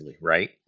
right